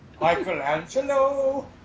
Michelangelo